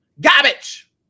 garbage